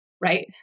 Right